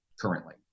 currently